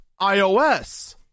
iOS